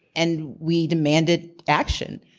and we demanded action.